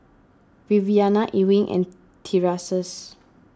Viviana Ewing and Tyrese